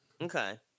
okay